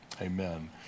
amen